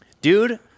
Dude